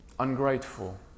ungrateful